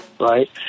right